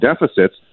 deficits